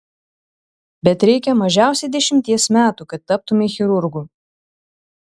bet reikia mažiausiai dešimties metų kad taptumei chirurgu